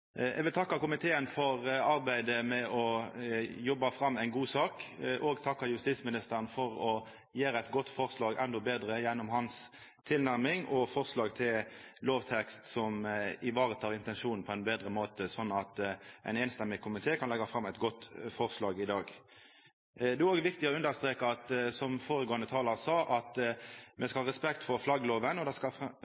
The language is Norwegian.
Eg vil takka komiteen for arbeidet med å jobba fram ei god sak og takka justisministeren for å gjera eit godt forslag endå betre gjennom hans tilnærming og forslag til lovtekst, som tek i vare intensjonen på ein betre måte, sånn at ein samrøystes komité kan leggja fram eit godt forslag i dag. Det er viktig å understreka, som føregåande talar sa, at me